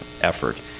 effort